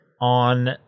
on